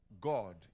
God